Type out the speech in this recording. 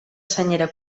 senyera